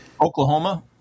Oklahoma